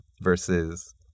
versus